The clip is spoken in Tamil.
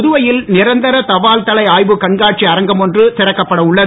புதுவையில் நிரந்தர தபால்தலை ஆய்வு கண்காட்சி அரங்கம் ஒன்று திறக்கப்பட உள்ளது